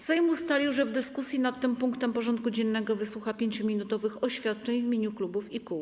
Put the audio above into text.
Sejm ustalił, że w dyskusji nad tym punktem porządku dziennego wysłucha 5-minutowych oświadczeń w imieniu klubów i kół.